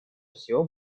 все